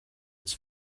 its